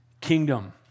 kingdom